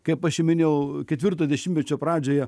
kaip aš ir minėjau ketvirto dešimtmečio pradžioje